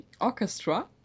Orchestra